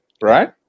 right